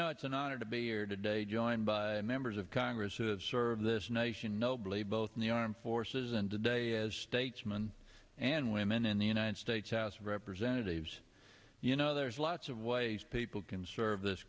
know it's an honor to be here today joined by members of congress who have served this nation nobley both in the armed forces and today as statesman and women in the united states house of representatives you know there's lots of ways people can serve this